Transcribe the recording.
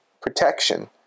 protection